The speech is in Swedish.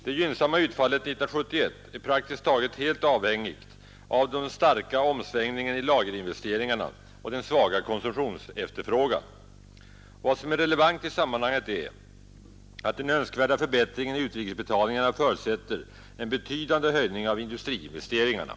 Det gynnsamma utfallet 1971 är praktiskt taget helt avhängigt av den starka omsvängningen i lagerinvesteringarna och den svaga konsumtionsefterfrågan. Vad som är relevant i sammanhanget är att den önskvärda förbättringen i utrikes betalningarna förutsätter en betydande höjning av industriinvesteringarna.